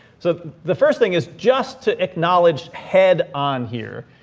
so the first thing is just to acknowledge head on here,